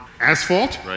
asphalt